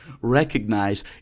Recognize